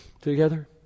together